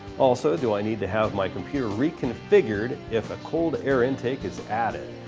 also do i need to have my computer reconfigured if a cold air intake is added?